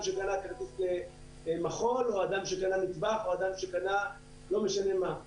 שקנה כרטיס מחול או אדם שקנה מטבח או אדם קנה לא משנה מה.